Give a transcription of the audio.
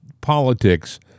politics